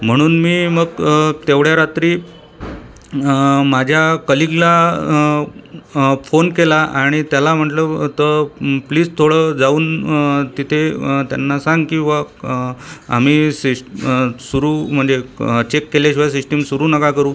म्हणून मी मग तेवढ्या रात्री माझ्या कलिगला फोन केला आणि त्याला म्हटलं तर प्लिज थोडं जाऊन तिथे त्यांना सांग की वं आम्ही सेश सुरु म्हणजे चेक केल्याशिवाय सिष्टीम सुरु नका करू